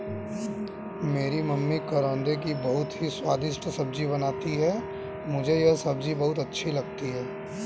मेरी मम्मी करौंदे की बहुत ही स्वादिष्ट सब्जी बनाती हैं मुझे यह सब्जी बहुत अच्छी लगती है